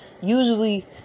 usually